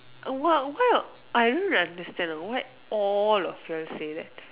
oh why what I don't really understand why all of you all say that